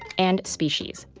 and species.